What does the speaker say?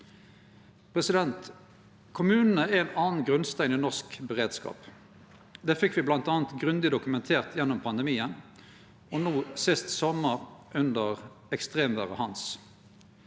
Kommunane er ein annan grunnstein i norsk beredskap. Det fekk me bl.a. grundig dokumentert gjennom pandemien og no sist sommar under ekstremvêret «Hans».